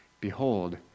Behold